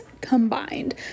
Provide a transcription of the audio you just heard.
combined